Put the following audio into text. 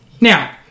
Now